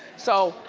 so,